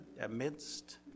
amidst